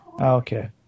Okay